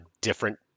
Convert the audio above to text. different